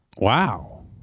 Wow